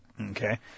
Okay